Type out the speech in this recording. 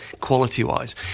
quality-wise